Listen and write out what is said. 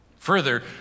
Further